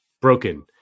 broken